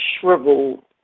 shriveled